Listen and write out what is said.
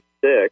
six